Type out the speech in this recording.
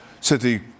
City